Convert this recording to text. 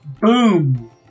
Boom